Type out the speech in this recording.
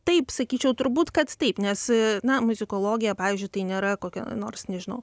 taip sakyčiau turbūt kad taip nes na muzikologija pavyzdžiui tai nėra kokia nors nežinau